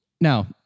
now